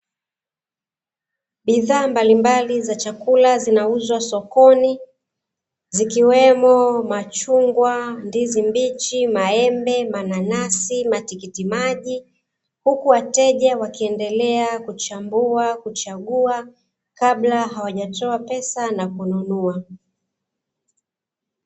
Bidhaa mbali mbali za chakula zinauzwa sokoni, zikiwemo machungwa, ndizi mbichi, maembe, mananasi, matikiti maji. Huku wateja wakiendelea kuchambua, kuchagua kabla hawajatoa pesa na kununua.